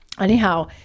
anyhow